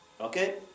okay